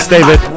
David